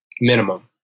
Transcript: minimum